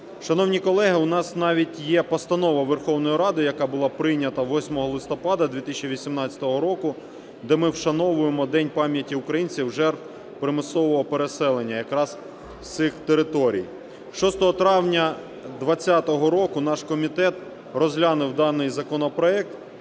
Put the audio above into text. Шановні колеги, у нас навіть є Постанова Верховної Ради, яка була прийнята 8 листопада 2018 року, де ми вшановуємо День пам'яті українців - жертв примусового переселення якраз з цих територій. 6 травня 20-го року наш комітет розглянув даний законопроект.